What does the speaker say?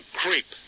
creep